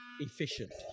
efficient